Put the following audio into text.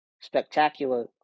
spectacular